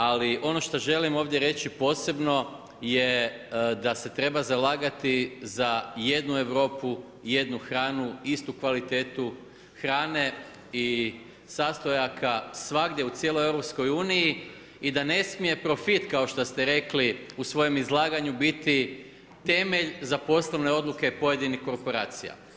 Ali ono što želim ovdje reći posebno je da se treba zalagati za jednu Europu, jednu hranu, istu kvalitetu hrane i sastojaka svagdje u cijeloj EU i da ne smije profit kao što ste rekli u svojem izlaganju biti temelj za poslovne odluke pojedinih korporacija.